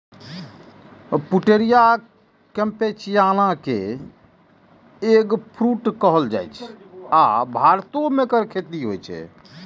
Pouteria campechiana कें eggfruit कहल जाइ छै, आ भारतो मे एकर खेती होइ छै